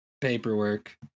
paperwork